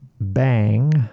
bang